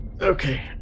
Okay